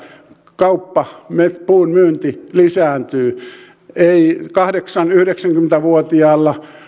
kauppa puunmyynti lisääntyy ei kahdeksankymmentä viiva yhdeksänkymmentä vuotiaalla